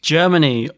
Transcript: Germany